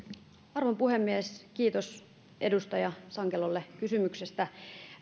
arvon puhemies kiitos edustaja sankelolle kysymyksestä